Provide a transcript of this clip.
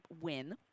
WIN